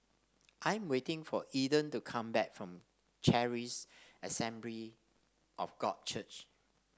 I'm waiting for Eden to come back from Charis Assembly of God Church